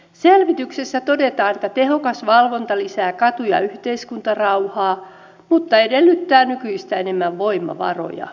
selvityksessä todetaan että tehokas valvonta lisää katu ja yhteiskuntarauhaa mutta edellyttää nykyistä enemmän voimavaroja